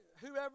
whoever